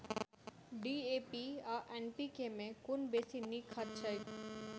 DAP आ NPK मे कुन बेसी नीक खाद छैक?